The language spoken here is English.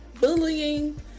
bullying